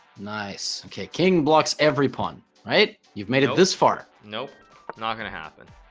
nice okay king blocks every pun right you've made it this far nope not gonna happen